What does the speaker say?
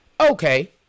Okay